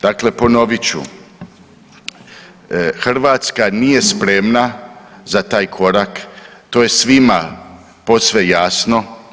Dakle ponovit ću, Hrvatska nije spremna za taj korak, to je svima posve jasno.